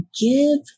give